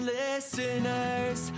listeners